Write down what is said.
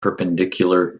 perpendicular